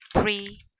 three